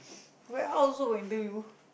warehouse also got interview